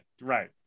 right